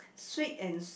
sweet and